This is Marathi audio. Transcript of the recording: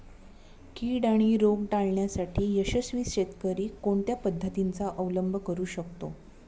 कीड आणि रोग टाळण्यासाठी यशस्वी शेतकरी कोणत्या पद्धतींचा अवलंब करू शकतो?